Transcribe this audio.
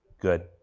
good